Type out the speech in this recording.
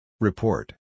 Report